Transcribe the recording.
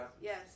Yes